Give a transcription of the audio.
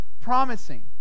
promising